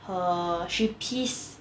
her she pees